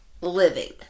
living